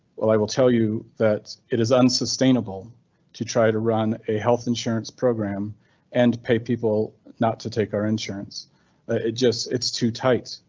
well, i will tell you that it is unsustainable to try to run a health insurance program and pay people not to take our insurance. ah it it just it's too tight.